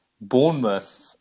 Bournemouth